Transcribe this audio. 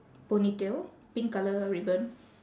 ponytail pink colour ribbon